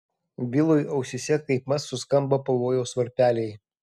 vilui ausyse kaipmat suskambo pavojaus varpeliai